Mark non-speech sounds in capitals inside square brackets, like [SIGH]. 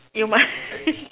you might [LAUGHS]